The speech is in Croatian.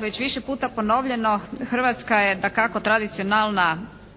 već više puta ponovljeno Hrvatska je dakako tradicionalna